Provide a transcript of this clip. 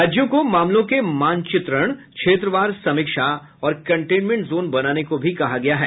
राज्यों को मामलों के मानचित्रण क्षेत्रवार समीक्षा और कंटेनमेंट जोन बनाने को भी कहा गया है